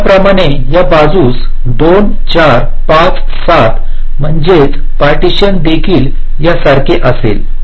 त्याचप्रमाणे या बाजूस 2 4 5 7 म्हणजे पार्टीशन देखील या सारखे असेल